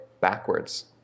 backwards